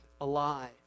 alive